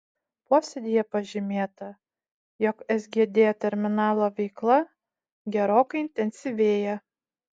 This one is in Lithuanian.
posėdyje pažymėta jog sgd terminalo veikla gerokai intensyvėja